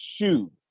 shoe